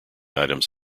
items